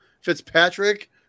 Fitzpatrick